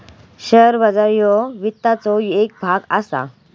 share बाजार ह्यो वित्ताचो येक भाग असा